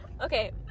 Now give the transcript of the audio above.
Okay